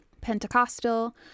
Pentecostal